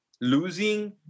losing